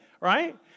right